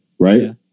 right